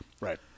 Right